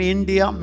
India